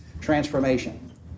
transformation